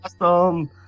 awesome